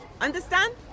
understand